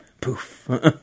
poof